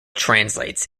translates